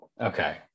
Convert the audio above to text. Okay